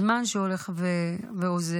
הזמן שהולך ואוזל,